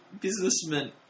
businessman